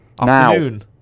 Afternoon